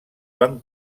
van